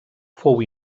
fou